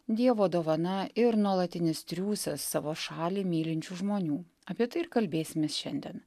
dievo dovana ir nuolatinis triūsas savo šalį mylinčių žmonių apie tai ir kalbėsimės šiandien